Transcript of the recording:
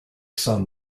sun